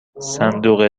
صندوق